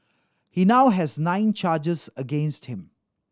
he now has nine charges against him